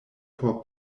por